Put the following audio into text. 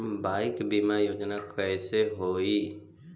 Bike बीमा योजना कैसे होई?